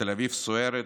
תל אביב סוערת,